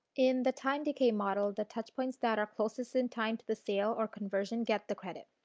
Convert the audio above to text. in the time decay model the touch points that are closest in time to the sale or conversion get the credit.